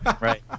right